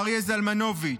אריה זלמנוביץ',